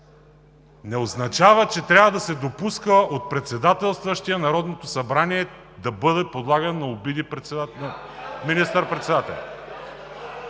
не означава, че трябва да се допуска от председателстващия Народното събрание да бъде подлаган на обиди министър-председателят.